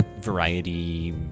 variety